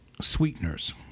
sweeteners